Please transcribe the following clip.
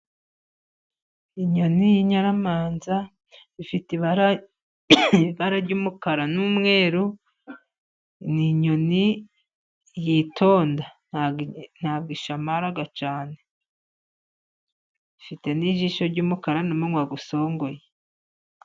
Inyoni y'inyamanza ifite ibara ry'umukara n'umweru. Ni inyoni yitonda ntabwo isamara cyane. Ifite n'ijisho ry'umukara n'umunwa usongoye.